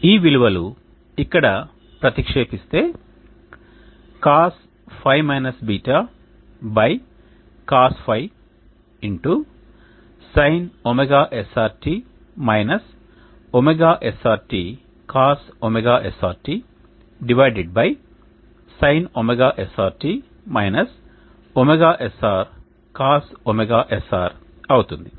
ఈ విలువలు ఇక్కడ ప్రతిక్షేపిస్తే Cosϕ - β Cosϕ Sin ωsrt ωsrt cos ωsrt sin ωsrt ωsr cos ωsr అవుతుంది